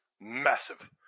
massive